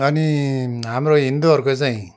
अनि हाम्रो हिन्दूहरूको चाहिँ